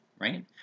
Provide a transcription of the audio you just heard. right